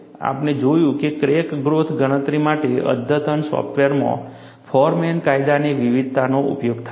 આપણે જોયું કે ક્રેક ગ્રોથ ગણતરી માટે અદ્યતન સોફ્ટવેરમાં ફોરમેન કાયદાની વિવિધતાનો ઉપયોગ થાય છે